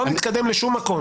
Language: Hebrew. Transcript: לא נתקדם לשום מקום.